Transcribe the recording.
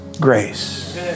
grace